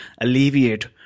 alleviate